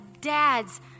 dads